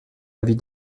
avis